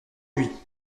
buis